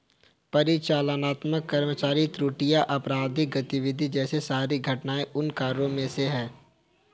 परिचालनात्मक कर्मचारी त्रुटियां, आपराधिक गतिविधि जैसे शारीरिक घटनाएं उन कारकों में से है